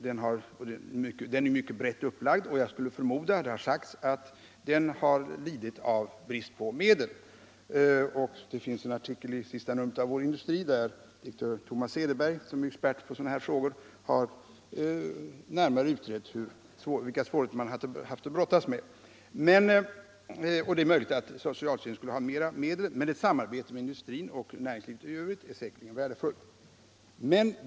Kampanjen är brett upplagd, och det har sagts att den har lidit av brist på medel. Det finns en artikel i det senaste numret av Vår industri, där direktör Thomas Cederberg, som är expert på sådana här frågor, närmare har utrett vilka svårigheter man haft att brottas med. Det är möjligt att socialstyrelsen skulle ha haft mera medel till förfogande, men ett samarbete med industrin och näringslivet i övrigt är säkerligen värdefullt.